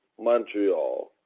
Montreal